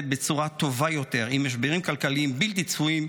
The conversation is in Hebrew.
בצורה טובה יותר עם משברים כלכליים בלתי צפויים.